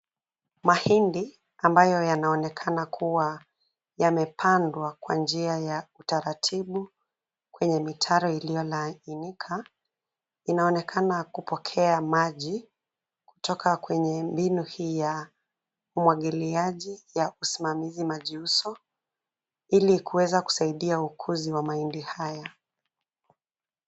Mahindi ambayo yanaonekana kuwa yamepandwa kwa njia ya utaratibu kwenye mitaro iliyolainika, inaonekana kupokea maji kutoka kwenye mbinu hii ya umwagiliaji ya usimamizi majiuso ili kuweza kusaidia ukuzi wa mahindi haya.